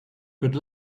good